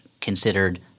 considered